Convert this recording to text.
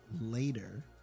later